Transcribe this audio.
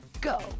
Go